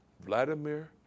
Vladimir